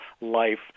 life